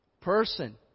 person